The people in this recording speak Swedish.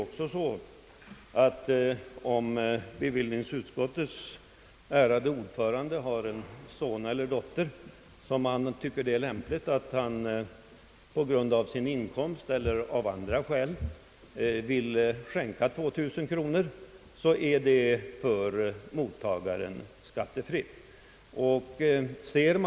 Om exempelvis bevillningsutskottets ärade ordförande har en son eller dot ter och med hänsyn till sin inkomst eller av andra skäl finner det lämpligt att skänka vederbörande 2000 kronor, så är det beloppet skattefritt för mottagaren.